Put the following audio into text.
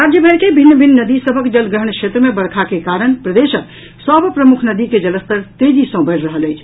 राज्यभरि के भिन्न भिन्न नदी सभक जलग्रहण क्षेत्र मे वर्षा के कारण प्रदेशक सभ प्रमुख नदी के जलस्तर तेजी सँ बढ़ि रहल अछि